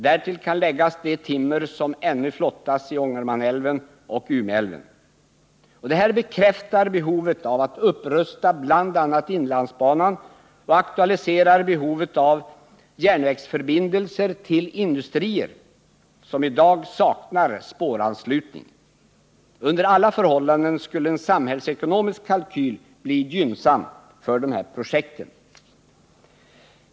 Därtill kan läggas det timmer som ännu flottas i Ångermanälven och Umeälven. Detta bekräftar behovet av att upprusta bl.a. inlandsbanan och aktualiserar behovet av järnvägsförbindelser till industrier som i dag saknar spåranslutning. Under alla förhållanden skulle en samhällsekonomisk kalkyl bli gynnsam för dessa projekt.